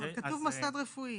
כתוב "מוסד רפואי